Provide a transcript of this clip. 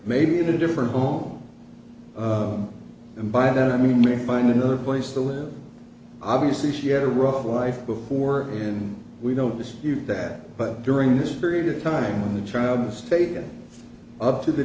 maybe in a different home and by that i mean find another place to live obviously she had a rough life before and we don't dispute that but during this period of time when the child was taken up to the